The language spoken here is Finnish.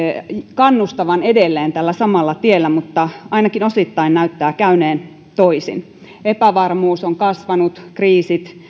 kannustavan edelleen tällä samalla tiellä mutta ainakin osittain näyttää käyneen toisin epävarmuus on kasvanut kriisit